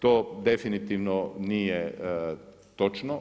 To definitivno nije točno.